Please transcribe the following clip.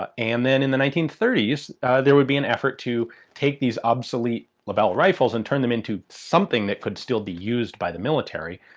ah and then in the nineteen thirty s there would be an effort to take these obsolete lebel rifles and turn them into something that could still be used by the military.